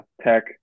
Tech